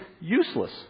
useless